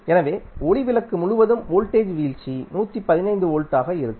எனவே ஒளி விளக்கு முழுவதும் வோல்டேஜ் வீழ்ச்சி 115 வோல்ட்டாக இருக்கும்